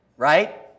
right